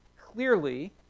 clearly